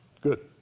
Good